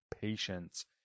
patience